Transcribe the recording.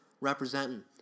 representing